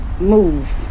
move